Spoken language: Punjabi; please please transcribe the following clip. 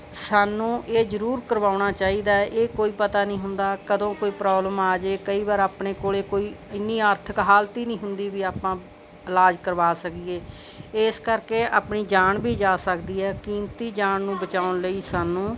ਸਾਨੂੰ ਇਹ ਜ਼ਰੂਰ ਕਰਵਾਉਣਾ ਚਾਹੀਦਾ ਹੈ ਇਹ ਕੋਈ ਪਤਾ ਨਹੀਂ ਹੁੰਦਾ ਕਦੋਂ ਕੋਈ ਪ੍ਰੋਬਲਮ ਆ ਜਾਏ ਕਈ ਵਾਰ ਆਪਣੇ ਕੋਲ ਕੋਈ ਇੰਨੀ ਆਰਥਿਕ ਹਾਲਤ ਹੀ ਨਹੀਂ ਹੁੰਦੀ ਵੀ ਆਪਾਂ ਇਲਾਜ ਕਰਵਾ ਸਕੀਏ ਇਸ ਕਰਕੇ ਆਪਣੀ ਜਾਨ ਵੀ ਜਾ ਸਕਦੀ ਹੈ ਕੀਮਤੀ ਜਾਨ ਨੂੰ ਬਚਾਉਣ ਲਈ ਸਾਨੂੰ